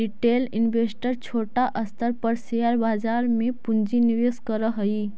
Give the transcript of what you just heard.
retail investor छोटा स्तर पर शेयर बाजार में पूंजी निवेश करऽ हई